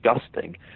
disgusting